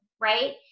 right